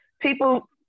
People